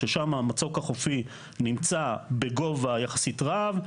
ששם המצוק החופי נמצא בגובה יחסית רב,